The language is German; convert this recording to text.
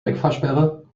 wegfahrsperre